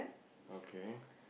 okay